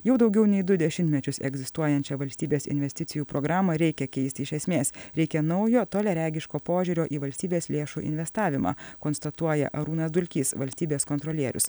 jau daugiau nei du dešimtmečius egzistuojančią valstybės investicijų programą reikia keisti iš esmės reikia naujo toliaregiško požiūrio į valstybės lėšų investavimą konstatuoja arūnas dulkys valstybės kontrolierius